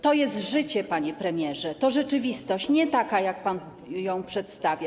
To jest życie, panie premierze, to rzeczywistość - nie taka, jak pan ją przedstawia.